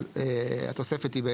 אז התוספת היא,